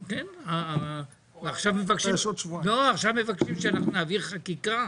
עכשיו מבקשים שאנחנו נעביר חקיקה.